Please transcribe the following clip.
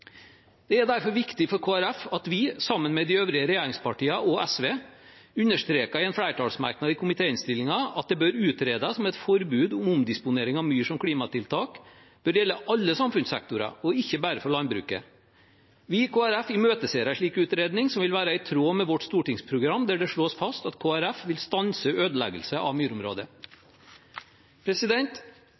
Det er derfor viktig for Kristelig Folkeparti at vi, sammen med de øvrige regjeringspartiene og SV, understreker i en flertallsmerknad i komitéinnstillingen at det bør utredes om et forbud mot omdisponering av myr som klimatiltak burde gjelde alle samfunnssektorer, og ikke bare for landbruket. Vi i Kristelig Folkeparti imøteser en slik utredning, som vil være i tråd med vårt stortingsprogram, der det slås fast at Kristelig Folkeparti vil stanse ødeleggelse av